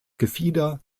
gefieder